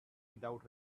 without